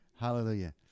Hallelujah